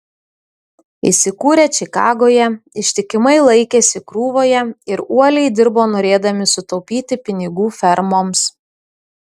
įsikūrę čikagoje ištikimai laikėsi krūvoje ir uoliai dirbo norėdami sutaupyti pinigų fermoms